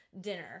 dinner